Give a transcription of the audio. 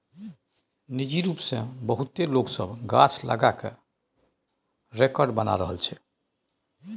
निजी रूप सँ बहुते लोक सब गाछ लगा कय रेकार्ड बना रहल छै